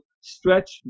stretch